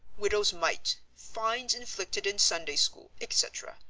widows' mite, fines inflicted in sunday school, etc,